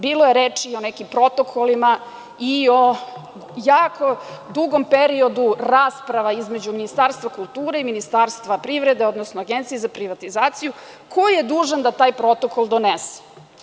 Bilo je reči o nekim protokolima i o jako dugom periodu rasprava između Ministarstva kulture i Ministarstva privrede, odnosno Agencije za privatizaciju, ko je dužan da taj protokol donese?